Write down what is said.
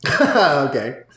Okay